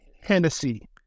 Hennessy